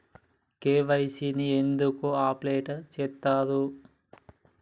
KYC ని ఎందుకు update చేత్తరు?